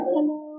Hello